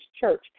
church